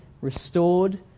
restored